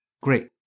Great